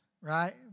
right